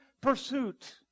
pursuit